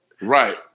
right